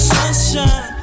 Sunshine